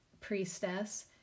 priestess